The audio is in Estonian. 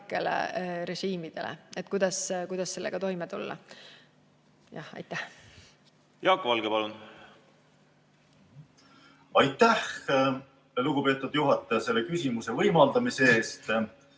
Jaak Valge, palun!